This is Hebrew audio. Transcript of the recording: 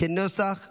כנוסח הוועדה.